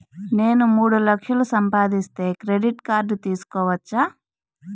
నేను మూడు లక్షలు సంపాదిస్తే క్రెడిట్ కార్డు తీసుకోవచ్చా?